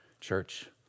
Church